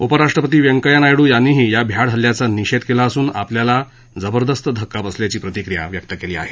उपराष्ट्रपती व्यंकय्या नायडू यांनी या भ्याड हल्ल्याचा निषेध केला असून आपल्याला धक्का बसल्याची प्रतिक्रिया व्यक्त केली आहे